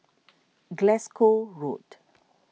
Glasgow Road